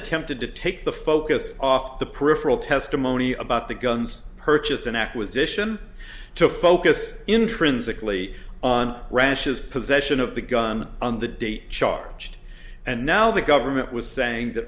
attempted to take the focus off the peripheral testimony about the guns purchase an acquisition to focus intrinsically on ranches possession of the gun on the d c charged and now the government was saying that